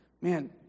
man